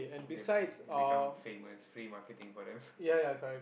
if you become famous free marketing for them